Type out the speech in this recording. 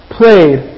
played